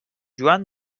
joan